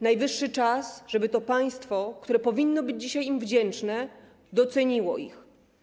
Najwyższy czas, żeby to państwo, które powinno im dzisiaj być wdzięczne, doceniło ich.